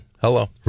Hello